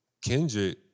Kendrick